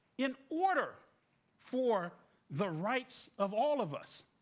in order for the rights of all of us,